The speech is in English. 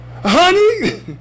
honey